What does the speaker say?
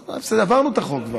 בסדר, כבר עברנו את החוק.